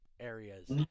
areas